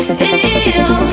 feel